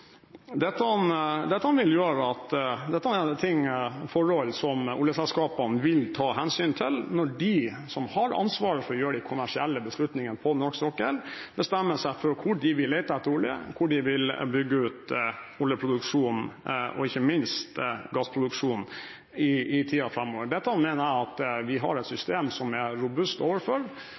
Dette er forhold som oljeselskapene vil ta hensyn til når de som har ansvaret for å gjøre de kommersielle beslutningene på norsk sokkel, bestemmer seg for hvor de vil lete etter olje, og hvor de vil bygge ut oljeproduksjonen og ikke minst gassproduksjonen i tiden framover. Dette mener jeg vi har et system som er robust overfor